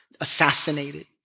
assassinated